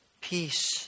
peace